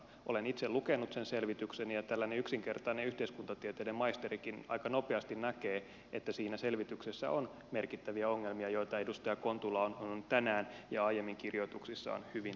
olen itse lukenut sen selvityksen ja tällainen yksinkertainen yhteiskuntatieteiden maisterikin aika nopeasti näkee että siinä selvityksessä on merkittäviä ongelmia joita edustaja kontula on tänään ja aiemmin kirjoituksissaan hyvin tuonut esille